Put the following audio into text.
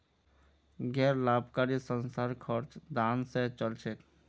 गैर लाभकारी संस्थार खर्च दान स चल छेक